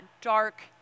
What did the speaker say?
dark